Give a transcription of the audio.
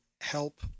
help